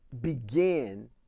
begin